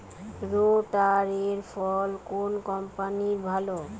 রোটারের ফল কোন কম্পানির ভালো?